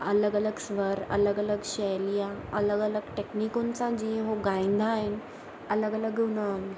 अलॻि अलॻि स्वर अलॻि अलॻि शैलियां अलॻि अलॻि टेक्निकुनि सां जीअं हो गाईंदा आहिनि अलॻि अलॻि हुन